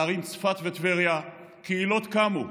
לערים צפת וטבריה, קהילות קמו,